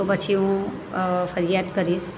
તો પછી હું ફરિયાદ કરીશ